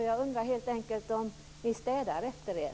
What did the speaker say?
Jag undrar helt enkelt om ni städar efter er.